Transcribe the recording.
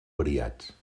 variats